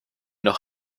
noch